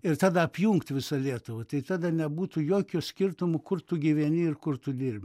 ir tada apjungt visą lietuvą tai tada nebūtų jokio skirtumo kur tu gyveni ir kur tu dirbi